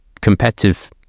competitive